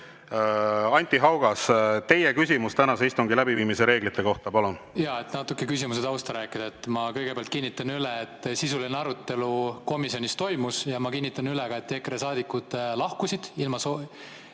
Anti Haugas, teie küsimus tänase istungi läbiviimise reeglite kohta, palun! Räägin natuke küsimuse taustast. Ma kõigepealt kinnitan üle, et sisuline arutelu komisjonis toimus, ja ma kinnitan ka üle, et EKRE saadikud lahkusid, soovimata